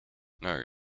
know